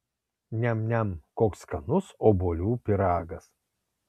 niam niam koks skanus obuolių pyragas